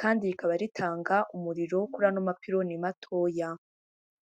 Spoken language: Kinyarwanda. kandi rikaba ritanga umuriro kuri ano mapironi matoya.